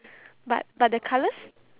but but the colours